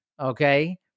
okay